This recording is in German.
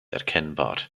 erkennbar